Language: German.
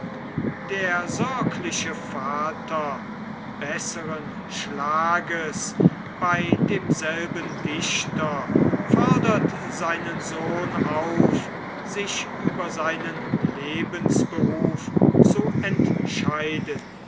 der sorgliche vater besseren schlages bei demselben dichter fordert seinen sohn auf sich über seinen lebensberuf zu entscheiden